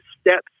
steps